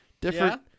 different